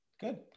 Good